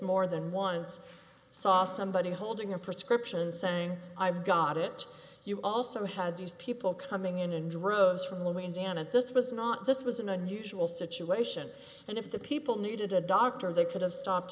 more than once saw somebody holding a prescription saying i've got it you also had these people coming in in droves from louisiana this was not this was an unusual situation and if the people needed a doctor they could have stopped